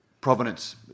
provenance